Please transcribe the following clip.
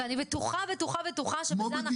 ואני בטוחה --- חד משמעית.